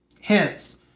Hence